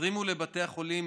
הזרימו לבתי החולים